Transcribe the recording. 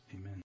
amen